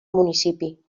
municipi